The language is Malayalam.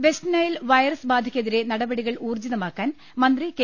വെസ്റ്റ്നൈൽ വൈറസ് ബാധയ്ക്കെതിരെ നടപടി ഊർജ്ജിതമാക്കാൻ മന്ത്രി കെ